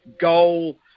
goal